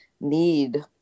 need